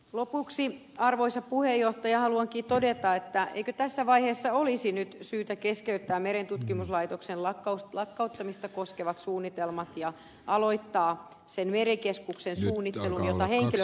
lopuksi arvoisa puhemies haluankin todeta että eikö tässä vaiheessa olisi nyt syytä keskeyttää merentutkimuslaitoksen lakkauttamista koskevat suunnitelmat ja aloittaa merikeskuksen suunnittelu jota henkilökuntakin tukee